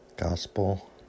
Gospel